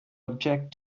object